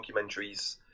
documentaries